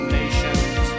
nations